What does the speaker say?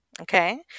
okay